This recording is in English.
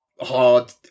hard